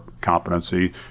competency